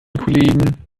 kollegen